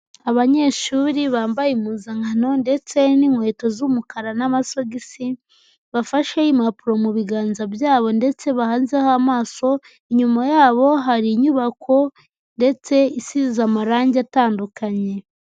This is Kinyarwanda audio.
Abanyeshuri bambaye impuzankano ndetse n'inkweto z'umukara n'amasogisi, bafashe impapuro mu biganza byabo ndetse bahanzeho amaso, inyuma yabo hari inyubako ndetse isize amarangi atandukanye.